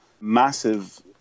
massive